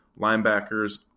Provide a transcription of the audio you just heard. linebackers